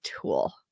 tool